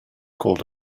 called